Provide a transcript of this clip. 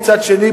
מצד שני,